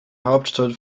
hauptstadt